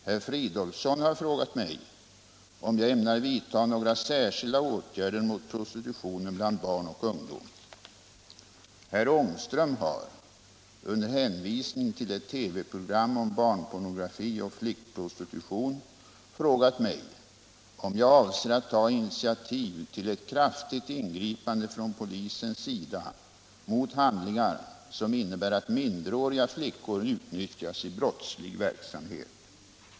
Herr Fridolfsson har frågat mig om jag ämnar vidta några särskilda åtgärder mot prostitutionen bland barn och ungdom. Herr Ångström har — under hänvisning till ett TV-program om barnpornografi och flickprostitution — frågat mig om jag avser att ta initiativ till ett kraftigt ingripande från polisens sida mot handlingar som innebär att minderåriga flickor utnyttjas i brottslig verksamhet.